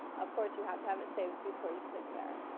of course, you have to have it saved before you click there.